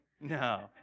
no